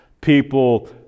people